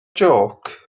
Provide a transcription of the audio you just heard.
jôc